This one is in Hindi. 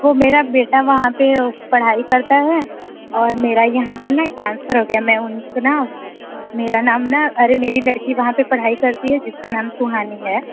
वो मेरा बेटा वहाँ पे पढ़ाई करता है और मेरा यहाँ से ना ट्रांसफ़र हो गया मैं मेरा नाम ना अरे मेरी लड़की वहाँ पे पढ़ाई करती है जिसका नाम सुहानी है